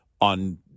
on